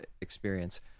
experience